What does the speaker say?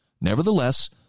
Nevertheless